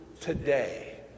today